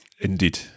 Indeed